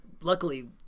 luckily